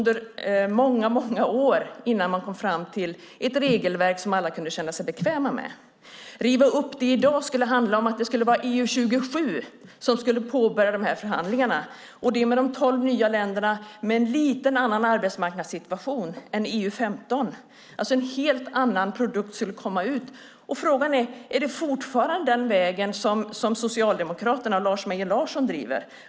Det tog många år innan man kom fram till ett regelverk som alla kunde känna sig bekväma med. Att riva upp detta i dag skulle handla om att det är EU-27 som skulle påbörja förhandlingarna, och det med de tolv nya länder som har en något annorlunda arbetsmarknadssituation än EU-15. Det skulle komma ut en helt annan produkt. Frågan är: Är det fortfarande den väg som Socialdemokraterna och Lars Mejern Larsson driver?